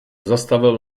zastavil